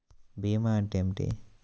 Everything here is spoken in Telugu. భీమా అంటే ఏమిటి?